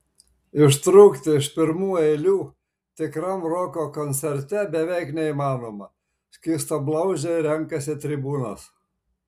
ištrūkti iš pirmų eilių tikram roko koncerte beveik neįmanoma skystablauzdžiai renkasi tribūnas